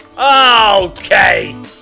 Okay